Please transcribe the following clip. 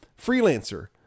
Freelancer